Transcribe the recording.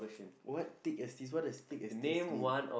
what thick as this what does thick as this mean